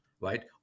right